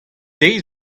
deiz